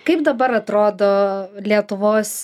kaip dabar atrodo lietuvos